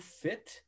fit